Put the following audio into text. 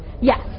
Yes